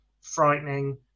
frightening